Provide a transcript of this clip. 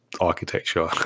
architecture